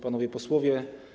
Panowie Posłowie!